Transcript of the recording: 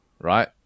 right